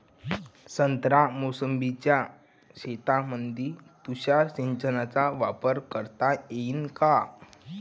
संत्रा मोसंबीच्या शेतामंदी तुषार सिंचनचा वापर करता येईन का?